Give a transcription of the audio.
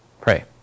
Pray